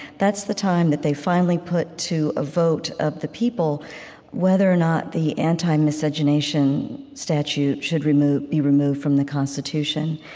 that's the time that they finally put to a vote of the people whether or not the anti-miscegenation statute should be removed from the constitution.